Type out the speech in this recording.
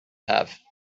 have